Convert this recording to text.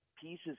pieces